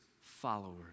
followers